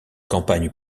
campagne